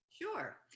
Sure